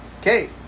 Okay